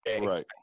Right